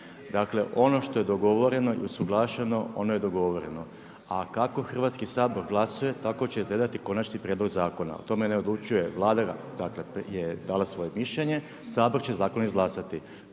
Dakle ono što je dogovoreno i usuglašeno ono je dogovoreno. A kako Hrvatski sabor glasuje tako će izgledati konačni prijedlog zakona, o tome ne odlučuje, Vlada dakle je dala svoje mišljenje, Sabor će zakon izglasati.